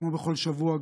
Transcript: כמו בכל שבוע,